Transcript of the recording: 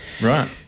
right